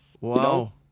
Wow